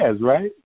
right